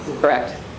Correct